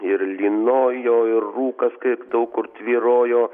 ir lynojo ir rūkas kaip daug kur tvyrojo